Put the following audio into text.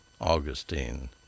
Augustine